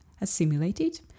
assimilated